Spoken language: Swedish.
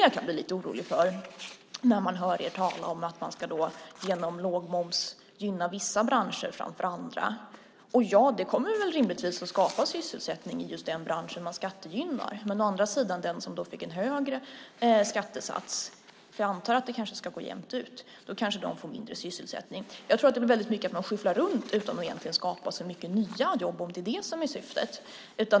Jag kan bli lite orolig när jag hör er tala om att genom låg moms gynna vissa branscher framför andra. Ja, det kommer väl rimligtvis att skapa sysselsättning i just den bransch som skattegynnas. Å andra sidan får kanske den som fick en högre skattesats - jag antar att det ska gå jämnt ut - mindre sysselsättning. Jag tror att det väldigt mycket blir så att man skyfflar runt utan att egentligen skapa så många nya jobb, om det nu är det som är syftet.